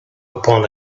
upon